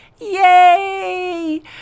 Yay